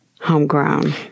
homegrown